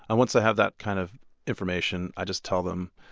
and once i have that kind of information i just tell them,